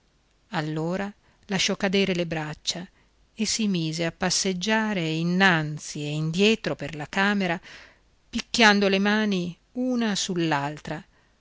allora lasciò cadere le braccia e si mise a passeggiare innanzi e indietro per la camera picchiando le mani una